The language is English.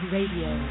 Radio